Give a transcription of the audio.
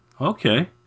Okay